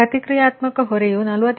ಮತ್ತು ಪ್ರತಿಕ್ರಿಯಾತ್ಮಕ ಲೋಡ್ 45